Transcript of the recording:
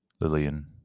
Lillian